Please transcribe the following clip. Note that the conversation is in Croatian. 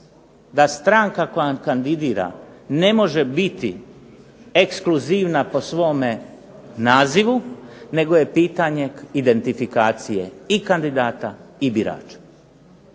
da stranka koja kandidira ne može biti ekskluzivna po svom nazivu nego je pitanje identifikacije i birača i kandidata.